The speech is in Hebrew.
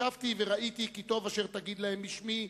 'שבתי וראיתי כי טוב אשר תגיד להם בשמי,